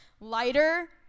lighter